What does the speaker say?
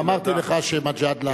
ואמרתי לך שמג'אדלה,